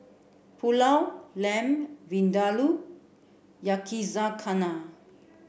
Pulao Lamb Vindaloo Yakizakana